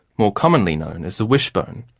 more commonly known as the wishbone.